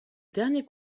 dernier